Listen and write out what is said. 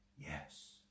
Yes